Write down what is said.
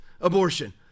abortion